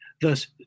Thus